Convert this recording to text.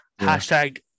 hashtag